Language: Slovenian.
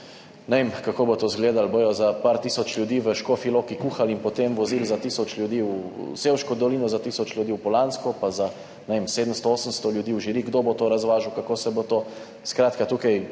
ne vem, kako bo to izgledalo, bodo za nekaj tisoč ljudi v Škofji Loki kuhali in potem vozili za tisoč ljudi v Sevško dolino, za tisoč ljudi v Poljansko, pa za 700, 800 ljudi v Žiri. Kdo bo to razvažal, kako se bo to? Skratka, tukaj